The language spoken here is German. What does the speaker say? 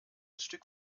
stück